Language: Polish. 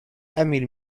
emil